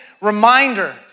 reminder